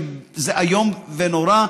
זה איום ונורא.